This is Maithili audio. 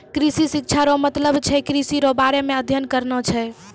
कृषि शिक्षा रो मतलब छै कृषि रो बारे मे अध्ययन करना छै